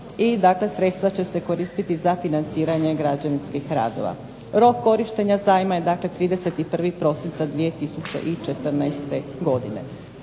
sredstva će se koristiti za financiranje građevinskih radova. Rok korištenja zajma je dakle 31. prosinca 2014. godine.